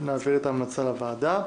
נעביר את ההמלצה לוועדה.